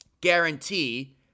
guarantee